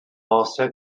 ossea